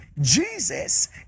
Jesus